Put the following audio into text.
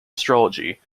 astrology